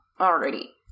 already